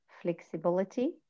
flexibility